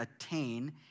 attain